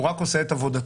הוא רק עושה את עבודתו,